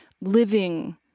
living